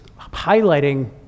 highlighting